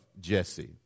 Jesse